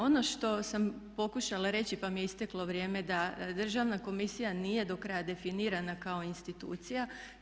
Ono što sam pokušala reći, pa mi je isteklo vrijeme da Državna komisija nije do kraja definirana kao institucija.